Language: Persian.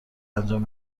انجام